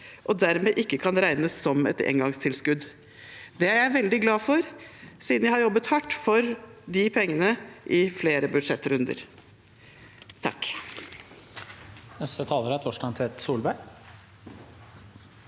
og dermed ikke kan regnes som et engangstilskudd. Det er jeg veldig glad for, siden jeg har jobbet hardt for de pengene i flere budsjettrunder.